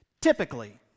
typically